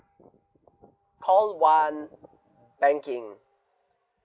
call one banking